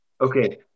Okay